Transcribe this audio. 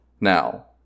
now